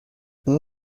اون